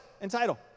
Entitle